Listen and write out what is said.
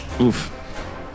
Oof